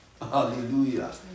Hallelujah